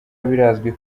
birazwi